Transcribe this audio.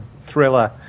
thriller